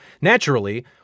naturally